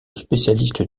spécialiste